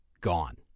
Gone